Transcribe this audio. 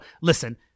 listen